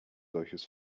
solches